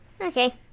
Okay